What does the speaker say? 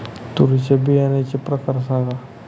तूरीच्या बियाण्याचे प्रकार सांगा